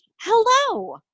Hello